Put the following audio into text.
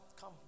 Come